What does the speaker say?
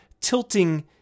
tilting